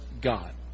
God